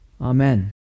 Amen